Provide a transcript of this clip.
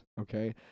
okay